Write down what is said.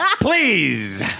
Please